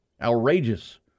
Outrageous